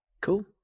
Cool